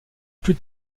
plus